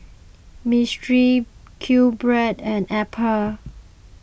Mistral Qbread and Apple